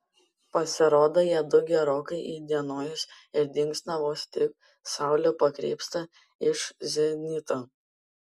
pasirodo jiedu gerokai įdienojus ir dingsta vos tik saulė pakrypsta iš zenito